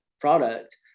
product